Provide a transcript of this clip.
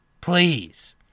please